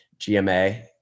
GMA